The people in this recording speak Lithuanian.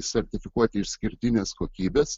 sertifikuoti išskirtinės kokybės